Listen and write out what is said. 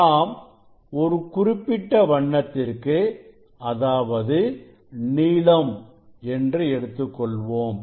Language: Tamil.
நாம் ஒரு குறிப்பிட்ட வண்ணத்திற்கு அதாவது நீலம் என்று எடுத்துக்கொள்வோம்